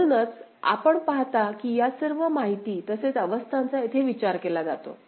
म्हणूनच आपण पाहता की या सर्व माहिती तसेच अवस्थांचा येथे विचार केला जातो